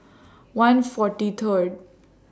one forty Third